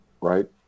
right